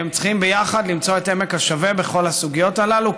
צריכים ביחד למצוא את עמק השווה בכל הסוגיות הללו,